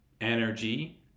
energy